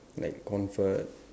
like comfort